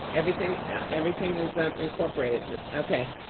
everything everything is incorporated. okay,